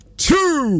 Two